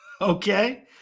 okay